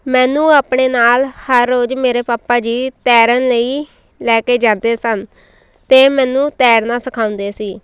ਮੈਨੂੰ ਆਪਣੇ ਨਾਲ ਹਰ ਰੋਜ਼ ਮੇਰੇ ਪਾਪਾ ਜੀ ਤੈਰਨ ਲਈ ਲੈ ਕੇ ਜਾਂਦੇ ਸਨ ਅਤੇ ਮੈਨੂੰ ਤੈਰਨਾ ਸਿਖਾਉਂਦੇ ਸੀ